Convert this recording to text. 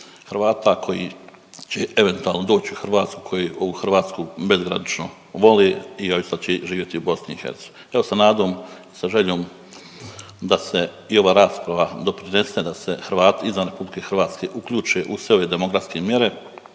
Hrvata koji će eventualno doći u Hrvatsku koji ovu Hrvatsku bezgranično vole i .../Govornik se ne razumije./... živjeti u BiH. Evo sa nadom i sa željom da se i ova rasprava doprinese, da se Hrvati izvan RH uključe u sve ove demografske mjere,